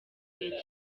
igihe